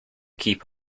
keep